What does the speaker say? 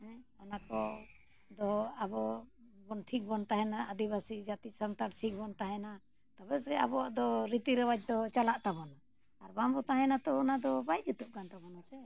ᱦᱮᱸ ᱚᱱᱟ ᱠᱚᱫᱚ ᱟᱵᱚᱵᱚᱱ ᱴᱷᱤᱠᱵᱚᱱ ᱛᱟᱦᱮᱱᱟ ᱟᱹᱫᱤᱵᱟᱹᱥᱤ ᱡᱟᱹᱛᱤ ᱥᱟᱱᱛᱟᱲ ᱴᱷᱤᱠᱵᱚᱱ ᱛᱟᱦᱮᱱᱟ ᱛᱚᱵᱮ ᱥᱮ ᱟᱵᱚᱣᱟᱜ ᱫᱚ ᱨᱤᱛᱤ ᱨᱮᱣᱟᱡᱽ ᱫᱚ ᱪᱟᱞᱟᱜ ᱛᱟᱵᱚᱱᱟ ᱟᱨ ᱵᱟᱝᱵᱚᱱ ᱛᱟᱦᱮᱱᱟ ᱛᱚ ᱚᱱᱟᱫᱚ ᱵᱟᱭ ᱡᱩᱛᱩᱜ ᱠᱟᱱ ᱛᱟᱵᱚᱱᱟ ᱥᱮ